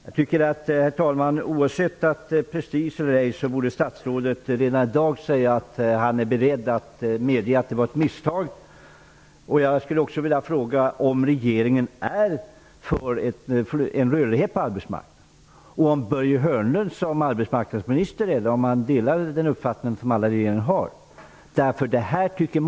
Jag tycker att statsrådet, med bortseende från prestigen, redan i dag borde säga att det är fråga om ett misstag. Hörnlund som arbetsmarknadsminister delar den uppfattning som de andra i regeringen har om rörligheten på arbetsmarknaden.